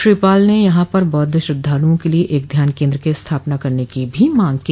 श्री पाल ने यहां पर बौद्ध श्रद्धालुओं के लिये एक ध्यान केन्द्र के स्थापना करने की भी मांग की